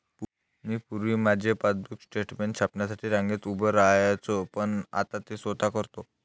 पूर्वी मी माझे पासबुक स्टेटमेंट छापण्यासाठी रांगेत उभे राहायचो पण आता ते स्वतः करतो